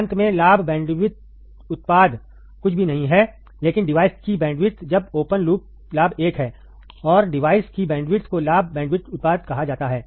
अंत में लाभ बैंडविड्थ उत्पाद कुछ भी नहीं है लेकिन डिवाइस की बैंडविड्थ जब ओपन लूप लाभ 1 है और डिवाइस की बैंडविड्थ को लाभ बैंडविड्थ उत्पाद कहा जाता है